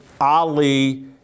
Ali